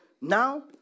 now